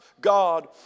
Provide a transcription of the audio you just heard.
God